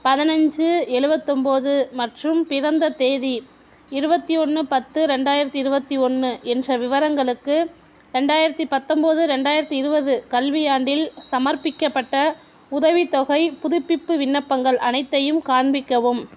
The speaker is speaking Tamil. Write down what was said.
பதினஞ்சு எழுவத்தொம்போது மற்றும் பிறந்த தேதி இருபத்தி ஒன்று பத்து ரெண்டாயிரத்தி இருபத்தி ஒன்று என்ற விவரங்களுக்கு ரெண்டாயிரத்தி பத்தொன்போது ரெண்டாயிரத்தி இருபது கல்வி ஆண்டில் சமர்ப்பிக்கப்பட்ட உதவி தொகை புதுப்பிப்பு விண்ணப்பங்கள் அனைத்தையும் காண்பிக்கவும்